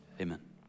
Amen